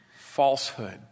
falsehood